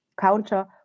counter